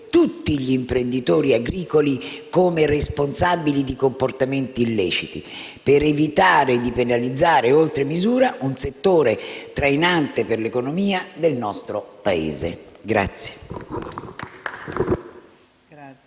tutti gli imprenditori agricoli responsabili di comportamenti illeciti, per evitare di penalizzare oltre misura un settore trainante per l'economia del nostro Paese.